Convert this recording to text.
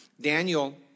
Daniel